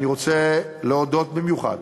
אני רוצה להודות במיוחד